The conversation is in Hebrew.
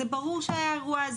זה ברור שהיה אירוע,